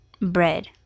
bread